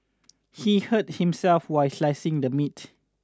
he hurt himself while slicing the meat